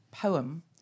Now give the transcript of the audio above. poem